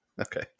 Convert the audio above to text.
Okay